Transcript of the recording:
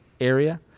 area